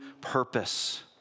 purpose